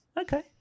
Okay